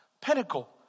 pinnacle